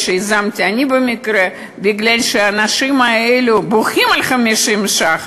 אני יזמתי במקרה, כי האנשים האלה בוכים על 50 ₪.